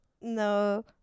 No